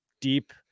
deep